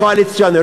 הוספתי לך דקה.